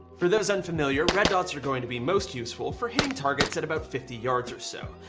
for those unfamiliar, red dots are going to be most useful for hitting targets at about fifty yards or so.